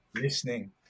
listening